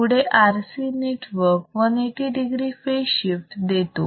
पुढे RC network 180 degree phase shift देतो